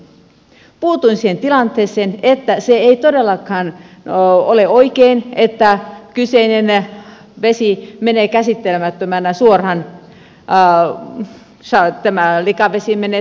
puutuin siihen tilanteeseen että se ei todellakaan ole oikein että kyseinen likavesi menee käsittelemättömänä suoraan vesistöön